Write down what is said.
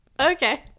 okay